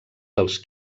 dels